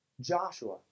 Joshua